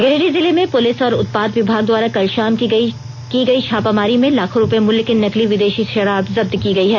गिरिडीह जिले में पुलिस और उत्पाद विभाग द्वारा कल शाम की गई छापामारी में लाखों रुपये मूल्य के नकली विदेशी शराब जप्त की गई है